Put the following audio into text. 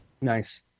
nice